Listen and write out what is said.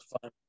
fun